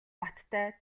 баттай